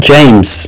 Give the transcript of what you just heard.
James